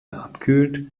abkühlt